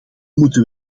moeten